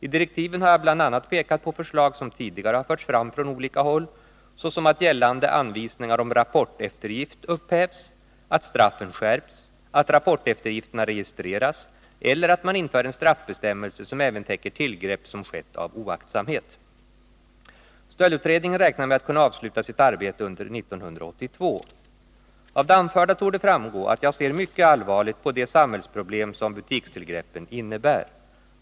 I direktiven har jag bl.a. pekat på förslag som tidigare har förts fram från olika håll, såsom att gällande anvisningar om rapporteftergift upphävs, att straffen skärps, att rapporteftergifterna registreras eller att man inför en straffbestämmelse som även täcker tillgrepp som skett av oaktsamhet. Stöldutredningen räknar med att kunna avsluta sitt arbete under 1982. Av det anförda torde framgå att jag ser mycket allvarligt på det samhällsproblem som butikstillgreppen innebär.